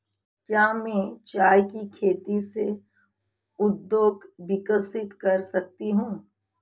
क्या मैं चाय की खेती से उद्योग विकसित कर सकती हूं?